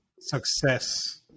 success